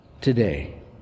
today